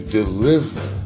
deliver